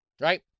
right